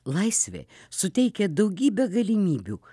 laisvė suteikia daugybę galimybių